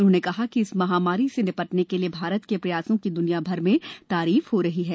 उन्होंने कहा कि इस महामारी से निपटने के लिए भारत के प्रयासों की दुनियाभर में तारीफ हो रही है